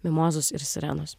mimozos ir sirenos